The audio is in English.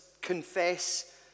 confess